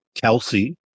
Kelsey